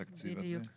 התקציב הזה.